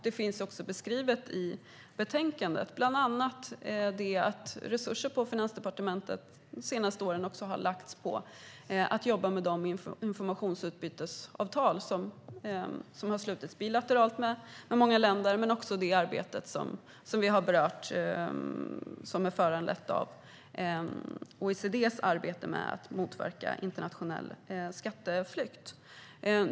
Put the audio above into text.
Det finns också beskrivet i betänkandet bland annat att resurser i Finansdepartementet de senaste åren också har lagts på att jobba med de informationsutbytesavtal som har slutits bilateralt med många länder men också med det arbete som är föranlett av OECD:s arbete med att motverka internationell skatteflykt.